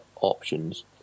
options